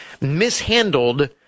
mishandled